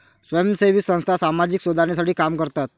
स्वयंसेवी संस्था सामाजिक सुधारणेसाठी काम करतात